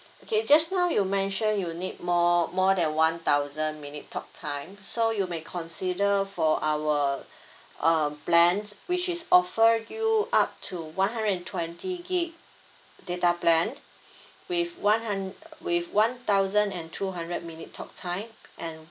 okay just now you mention you need more more than one thousand minute talk time so you may consider for our um plans which is offer you up to one hundred and twenty gigabyte data plan with one hund~ with one thousand and two hundred minute talk time and